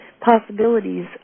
possibilities